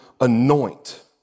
anoint